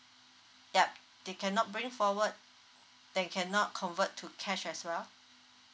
yup they cannot bring forward they cannot convert to cash as well